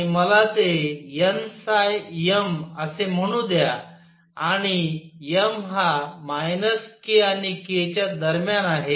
आणि मला ते nm असे म्हणू द्या आणि m हा k आणि k च्या दरम्यान आहे